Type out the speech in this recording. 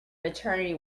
maternity